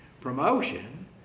Promotion